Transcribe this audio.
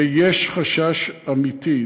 ויש חשש אמיתי,